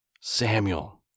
Samuel